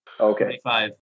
Okay